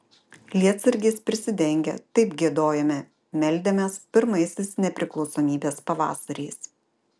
lietsargiais prisidengę taip giedojome meldėmės pirmaisiais nepriklausomybės pavasariais